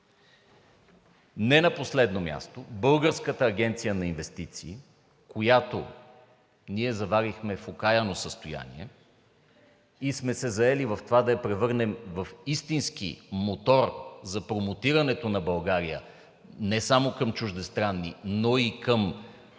Не на последно място, Българската агенция за инвестиции, която ние заварихме в окаяно състояние, и сме се заели с това да я превърнем в истински мотор за промотирането на България не само към чуждестранни, но и към